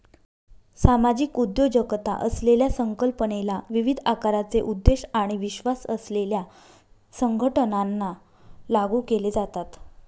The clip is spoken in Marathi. सामाजिक उद्योजकता असलेल्या संकल्पनेला विविध आकाराचे उद्देश आणि विश्वास असलेल्या संघटनांना लागू केले जाते